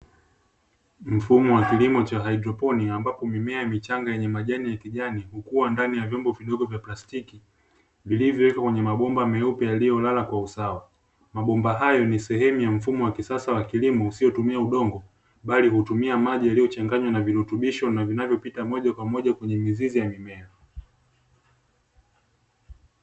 Mfumo wa kilimo cha hydroponiki, ambapo mimea michanga yenye majani ya kijani hukuwa ndani ya vyombo vidogo vya plastiki vilivyowekwa kwenye mabomba meupe yaliyolala, mabomba hayo ni sehemu ya mfumo wa kisasa wa kilimo usiotumia udongo bali hutumia maji yaliyochanganywa na virutubisho na vinavyopita moja kwa moja kwenye mizizi ya mimea